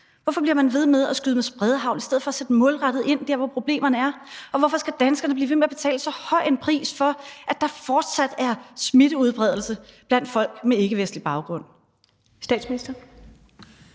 Hvorfor bliver man ved med at skyde med spredehagl i stedet for at sætte målrettet ind der, hvor problemerne er? Og hvorfor skal danskerne blive ved med at betale så høj en pris for, at der fortsat er smittespredning blandt folk med ikkevestlig baggrund? Kl.